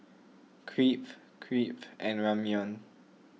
Crepe Crepe and Ramyeon